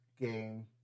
game